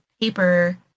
paper